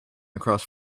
across